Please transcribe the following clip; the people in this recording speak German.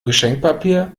geschenkpapier